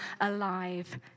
alive